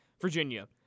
Virginia